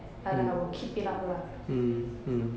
and that I will keep it up lah